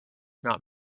not